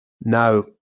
now